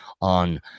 on